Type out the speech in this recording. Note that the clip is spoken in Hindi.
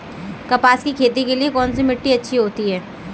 कपास की खेती के लिए कौन सी मिट्टी अच्छी होती है?